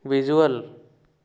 visual